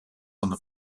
een